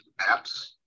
apps